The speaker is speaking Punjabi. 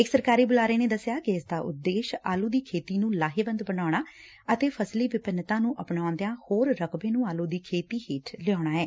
ਇਕ ਸਰਕਾਰੀ ਬੁਲਾਰੇ ਨੇ ਦਸਿਆ ਕਿ ਇਸ ਦਾ ਉਦੇਸ਼ ਆਲੁ ਦੀ ਖੇਤੀ ਨੂੰ ਲਾਹੇਵੰਦ ਬਣਾਉਣਾ ਅਤੇ ਫਸਲੀ ਵਿੰਭਿਨਤਾ ਨੂੰ ਅਪਣਾਉਦਿਆਂ ਹੋਰ ਰਕਬੇ ਨੂੰ ਆਲੁ ਦੀ ਖੇਤੀ ਹੇਠ ਲਿਆਉਣਾ ਐ